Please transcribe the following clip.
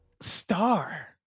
Star